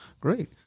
Great